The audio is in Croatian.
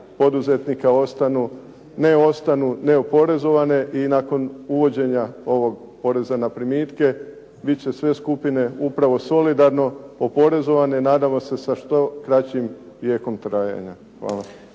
ostanu, ne ostanu neoporezovane. I nakon uvođenja ovog poreza na primitke bit će sve skupine upravo solidarno oporezivanje, nadamo se sa što kraćim vijekom trajanja. Hvala.